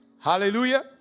Hallelujah